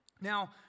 Now